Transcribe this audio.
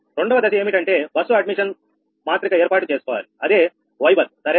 రెండవ దశ ఏమిటి అంటే బస్సు అడ్మిషన్ మాత్రిక ఏర్పాటు చేసుకోవాలి అదే Y బస్ సరేనా